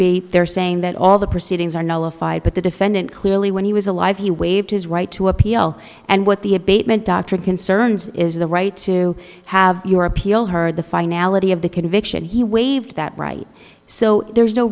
be they're saying that all the proceedings are notified but the defendant clearly when he was alive he waived his right to appeal and what the abatement doctrine concerned is the right to have your appeal heard the finality of the conviction he waived that right so there's no